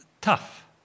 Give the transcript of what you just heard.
tough